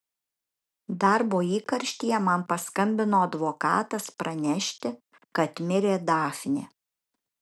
darbo įkarštyje man paskambino advokatas pranešti kad mirė dafnė